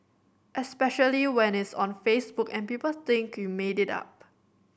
especially when it's on Facebook and people think you made it up